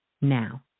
now